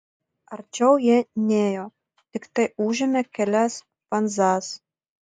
arčiau jie nėjo tiktai užėmė kelias fanzas